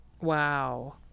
Wow